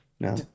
No